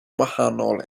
wahanol